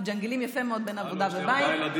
שמג'נגלים יפה מאוד בין עבודה לבית.